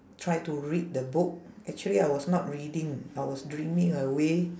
try to read the book actually I was not reading I was dreaming away